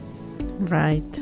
Right